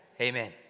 Amen